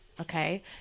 Okay